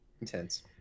Intense